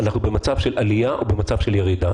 אנחנו במצב של עלייה או במצב של ירידה?